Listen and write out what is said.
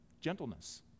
gentleness